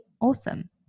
awesome